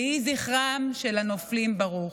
יהי זכרם של הנופלים ברוך.